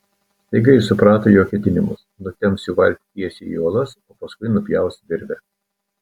staiga ji suprato jo ketinimus nutemps jų valtį tiesiai į uolas o paskui nupjaus virvę